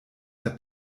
der